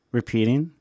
repeating